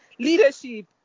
Leadership